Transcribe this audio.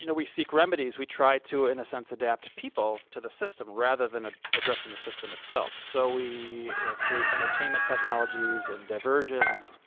you know we seek remedies, we try to, in a sense, adapt people to the system rather than ah addressing the system itself. so we create entertainment technologies, and diversions,